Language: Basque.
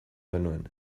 genuen